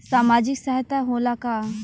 सामाजिक सहायता होला का?